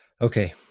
Okay